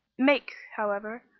make, however,